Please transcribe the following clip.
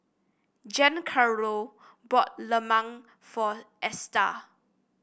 Giancarlo bought lemang for Esta